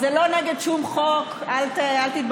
זה לא נגד שום חוק, אל תתבלבלו.